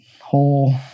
whole